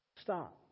Stop